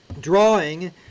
Drawing